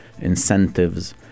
incentives